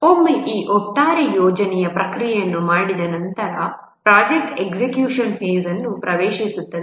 ಒಮ್ಮೆ ಈ ಒಟ್ಟಾರೆ ಯೋಜನಾ ಪ್ರಕ್ರಿಯೆಯನ್ನು ಮಾಡಿದ ನಂತರ ಪ್ರಾಜೆಕ್ಟ್ ಎಕ್ಸಿಕ್ಯುಷನ್ ಫೇಸ್ ಅನ್ನು ಪ್ರವೇಶಿಸುತ್ತದೆ